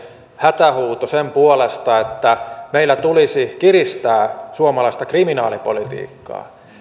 hätähuuto sen puolesta että meillä tulisi kiristää suomalaista kriminaalipolitiikkaa